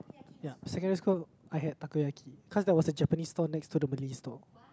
ya secondary school I had Takoyaki cause there was a Japanese stall next to the Malay stall